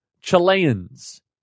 Chileans